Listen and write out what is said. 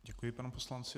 Děkuji panu poslanci.